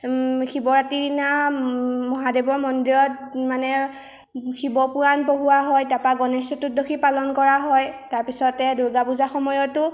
শিৱৰাতিৰ দিনা মহাদেৱৰ মন্দিৰত মানে শিৱপুৰাণ পঢ়োৱা হয় তাৰপা গণেশ চতুৰ্দশী পালন কৰা হয় তাৰপিছতে দুৰ্গা পূজা সময়তো